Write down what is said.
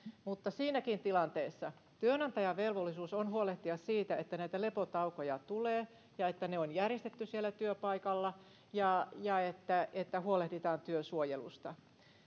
mutta siinäkin tilanteessa työnantajan velvollisuus on huolehtia siitä että näitä lepotaukoja tulee ja että ne on järjestetty siellä työpaikalla ja ja että että huolehditaan työsuojelusta